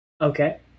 Okay